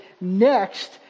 next